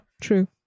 true